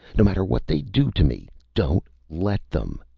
no matter what they do to me, don't let them!